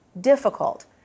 difficult